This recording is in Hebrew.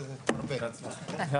14:22.